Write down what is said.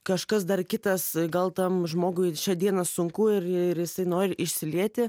kažkas dar kitas gal tam žmogui šią dieną sunku ir ir jisai nori išsilieti